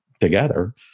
together